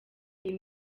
iyi